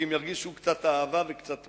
כי הם ירגישו קצת אהבה וקצת תמיכה.